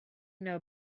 know